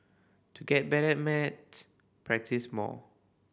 to get better at maths practise more